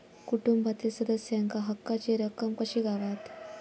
कुटुंबातील सदस्यांका हक्काची रक्कम कशी गावात?